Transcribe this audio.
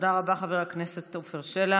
תודה רבה, חבר הכנסת עפר שלח.